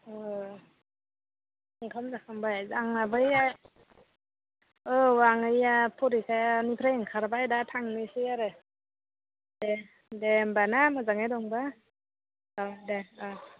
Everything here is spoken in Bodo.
अ ओंखाम जाखांबाय आंना बै औ आं बै परिखानिफ्राय ओंखारबाय दा थांनिसै आरो देह दे होनबा ना मोजाङै दंबा अह दे अह